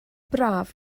braf